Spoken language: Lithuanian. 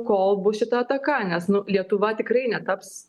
kol bus šita ataka nes nu lietuva tikrai netaps